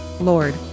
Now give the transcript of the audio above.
Lord